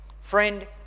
Friend